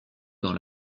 dans